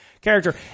character